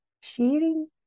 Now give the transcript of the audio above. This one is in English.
sharing